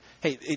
hey